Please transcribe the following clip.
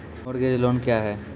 Mortgage loan क्या है?